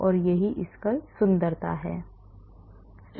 और यह सुंदरता हैं